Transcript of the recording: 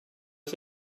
was